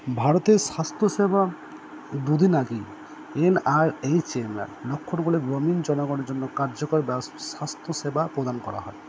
ভারতের স্বাস্থ্যসেবা দুদিন আগেই এন আর এইচ এম বলে গ্রামীণ জনগণের জন্য কার্যকর স্বাস্থ্যসেবা প্রদান করা হয়